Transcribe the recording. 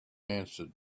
answered